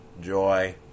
joy